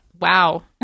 wow